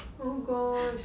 oh gosh